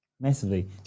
massively